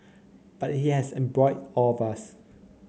but it has embroiled all of us